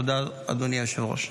תודה, אדוני היושב-ראש.